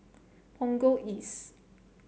Punggol East